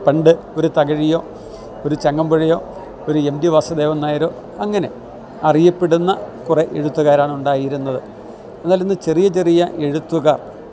പണ്ട് ഒരു തകഴിയോ ഒരു ചങ്ങമ്പുഴയോ ഒരു എം ടി വാസുദേവന് നായരോ അങ്ങനെ അറിയപ്പെടുന്ന കുറേ എഴുത്തുകാരാണുണ്ടായിരുന്നത് എന്നാൽ ഇന്ന് ചെറിയ ചെറിയ എഴുത്തുകാർ